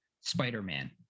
Spider-Man